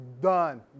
done